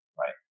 right